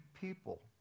people